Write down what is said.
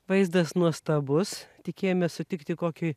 vaizdas nuostabus tikėjomės sutikti kokį